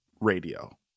radio